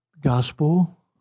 Gospel